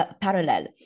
parallel